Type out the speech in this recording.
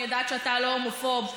אני יודעת שאתה לא הומופוב,